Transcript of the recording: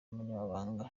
umunyamabanga